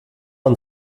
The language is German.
und